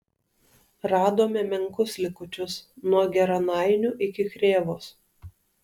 radome menkus likučius nuo geranainių iki krėvos